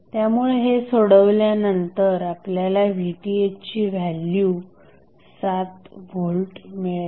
त्यामुळे हे सोडवल्यानंतर आपल्याला Vth ची व्हॅल्यू 7 व्होल्ट मिळेल